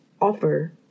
offer